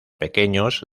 pequeños